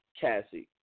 Cassie